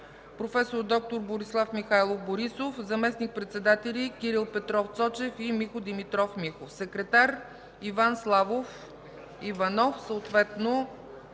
проф. д-р Борислав Михайлов Борисов; заместник-председатели – Кирил Петров Цочев и Михо Димитров Михов; секретар – Иван Славов Иванов.” Следват